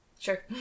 Sure